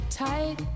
tight